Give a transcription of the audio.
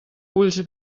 ulls